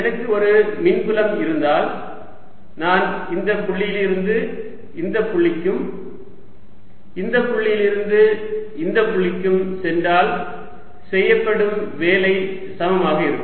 எனக்கு ஒரு மின்புலம் இருந்தால் நான் இந்த புள்ளியிலிருந்து இந்தப் புள்ளிக்கும் இந்தப் புள்ளியிலிருந்து இந்த புள்ளிக்கும் சென்றால் செய்யப்படும் வேலை சமமாக இருக்கும்